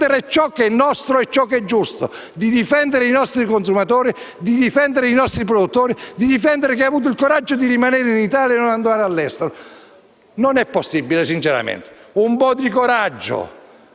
Non è possibile, sinceramente. Un po' di coraggio,